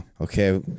okay